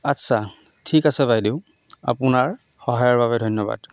আচ্ছা ঠিক আছে বাইদেউ আপোনাৰ সহায়ৰ বাবে ধন্যবাদ